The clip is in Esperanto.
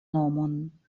nomon